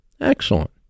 Excellent